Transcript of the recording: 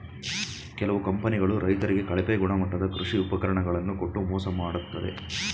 ಕೆಲವು ಕಂಪನಿಗಳು ರೈತರಿಗೆ ಕಳಪೆ ಗುಣಮಟ್ಟದ ಕೃಷಿ ಉಪಕರಣ ಗಳನ್ನು ಕೊಟ್ಟು ಮೋಸ ಮಾಡತ್ತದೆ